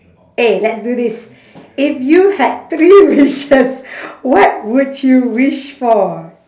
eh let's do this if you had three wishes what would you wish for